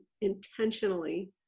intentionally